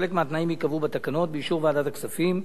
חלק מהתנאים ייקבעו בתקנות באישור ועדת הכספים.